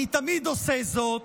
אני תמיד עושה זאת,